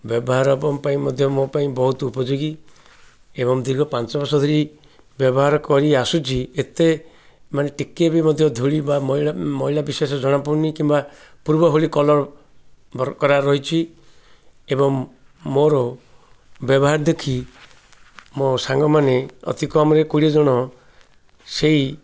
ବ୍ୟବହାର ପାଇଁ ମଧ୍ୟ ମୋ ପାଇଁ ବହୁତ ଉପଯୋଗୀ ଏବଂ ଦୀର୍ଘ ପାଞ୍ଚ ବର୍ଷ ଧରି ବ୍ୟବହାର କରିଆସୁଛି ଏତେ ମାନେ ଟିକେ ବି ମଧ୍ୟ ଧୂଳି ବା ମଇଳା ବିଶେଷ ଜଣାପଡ଼ୁନି କିମ୍ବା ପୂର୍ବ ଭଳି କଲର୍ କରା ରହିଛି ଏବଂ ମୋର ବ୍ୟବହାର ଦେଖି ମୋ ସାଙ୍ଗମାନେ ଅତି କମ୍ରେ କୋଡ଼ିଏ ଜଣ ସେଇ